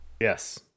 yes